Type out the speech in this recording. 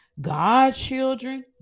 godchildren